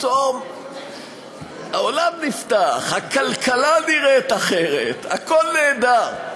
פתאום העולם נפתח, הכלכלה נראית אחרת, הכול נהדר.